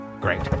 Great